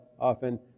Often